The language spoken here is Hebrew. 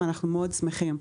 ואנחנו מאוד שמחים.